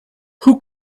who